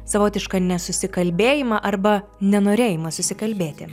savotišką nesusikalbėjimą arba nenorėjimą susikalbėti